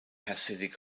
hasidic